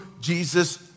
Jesus